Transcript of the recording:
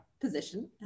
position